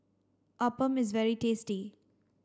Appam is very tasty